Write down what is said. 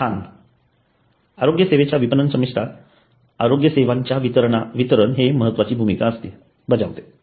स्थान आरोग्य सेवेच्या विपणन संमिश्रात आरोग्य सेवांच्या वितरण हे महत्त्वपूर्ण भूमिका असते बजावते